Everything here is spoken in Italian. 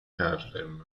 harlem